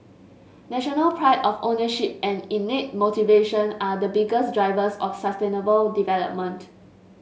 national pride of ownership and innate motivation are the biggest drivers of sustainable development